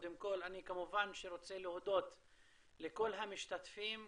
אני כמובן רוצה להודות לכל המשתתפים,